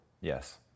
Yes